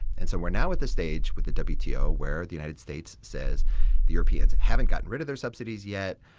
and so we're now at the stage with the the wto where the united states says the europeans haven't gotten rid of their subsidies yet.